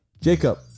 Jacob